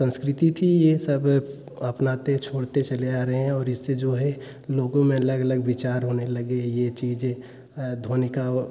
संस्कृति थी यह सब अपनाते छोड़ते चले आ रहे हैं और इससे जो है लोगों में अलग अलग विचार होने लगे यह चीज़ें ध्वनि का